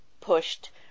pushed